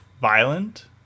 violent